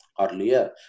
earlier